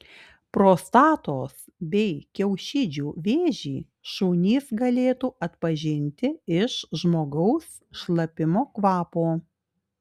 prostatos bei kiaušidžių vėžį šunys galėtų atpažinti iš žmogaus šlapimo kvapo